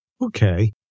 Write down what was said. Okay